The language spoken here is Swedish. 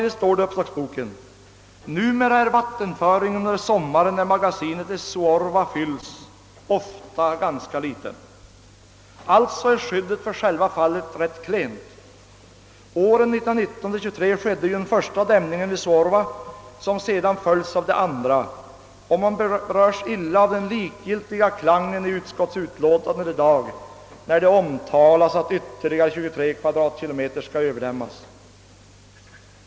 Det står också i uppslagsboken: »Numera är vattenföringen under sommaren när magasinet i Suorva fylls, ofta ganska liten.» Skyddet för själva fallet är alltså rent klent. Under åren 1919—1923 skedde den första dämningen vid Suorva, vilken sedan följts av de andra, och man berörs illa av den likgiltiga klangen i dagens utskottsutlåtande när det omtalas att ytterligare 23 km? skall överdämmas.